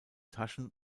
taschen